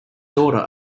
daughter